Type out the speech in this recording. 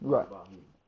Right